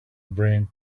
brain